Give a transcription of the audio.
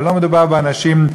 ולא מדובר באנשים,